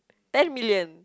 ten million